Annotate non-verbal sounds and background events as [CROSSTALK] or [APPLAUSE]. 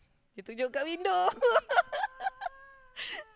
dia tunjuk dekat window [LAUGHS]